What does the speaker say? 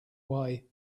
way